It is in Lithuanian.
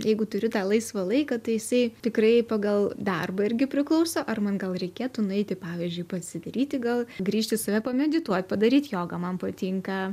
jeigu turi tą laisvą laiką tai jisai tikrai pagal darbą irgi priklauso ar man gal reikėtų nueiti pavyzdžiui pasidaryti gal grįžti save pamedituot padaryt jogą man patinka